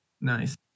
Nice